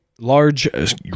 large